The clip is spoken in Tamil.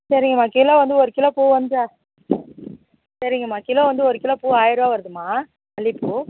சரிங்கம்மா கிலோ வந்து ஒரு கிலோ பூ வந்து சரிங்கம்மா கிலோ வந்து ஒரு கிலோ வந்து ஆயரருவா வருதும்மா பூ மல்லி பூ